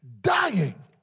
Dying